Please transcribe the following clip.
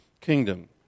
kingdom